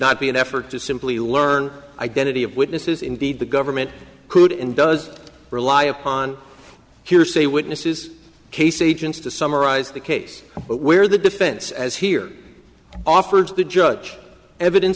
not be an effort to simply learn identity of witnesses indeed the government could and does rely upon hearsay witnesses case agents to summarize the case where the defense as here offered the judge evidence